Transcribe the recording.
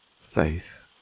faith